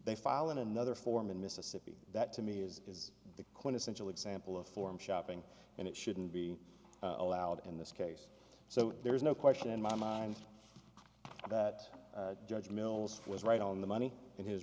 they file in another form in mississippi that to me is the quintessential example of forum shopping and it shouldn't be allowed in this case so there is no question in my mind that judge mills was right on the money in h